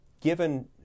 given